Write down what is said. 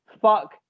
Fuck